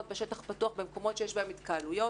בשטח פתוח במקומות שיש בהם התקהלויות.